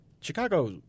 Chicago